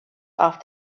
off